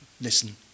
listen